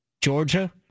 Georgia